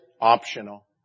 optional